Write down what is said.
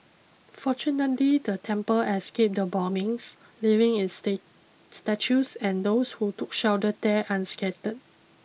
fortunately the temple escaped the bombings leaving its state statues and those who took shelter there unscattered